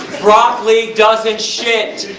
broccoli doesn't shit!